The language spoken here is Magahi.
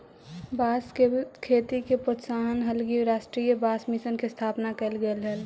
बाँस के खेती के प्रोत्साहन हलगी राष्ट्रीय बाँस मिशन के स्थापना कैल गेल हइ